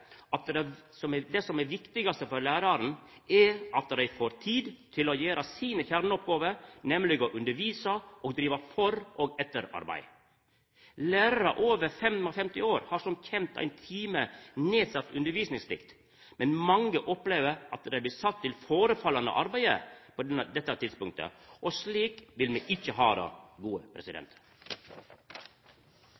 at det viktigaste for lærarane er at dei får tid til å gjera sine kjerneoppgåver, nemleg å undervisa og driva for- og etterarbeid. Lærarar over 55 år har som kjent ein time nedsett undervisningsplikt, men mange opplever at dei blir sette til all slags arbeid på dette tidspunktet, og slik vil me ikkje ha det.